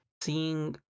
Seeing